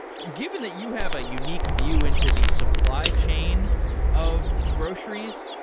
given that you have a unique view into the supply chain of groceries,